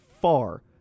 far